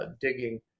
digging